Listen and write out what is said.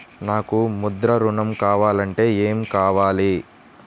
నాకు ముద్ర ఋణం కావాలంటే ఏమి కావాలి?